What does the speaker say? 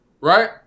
right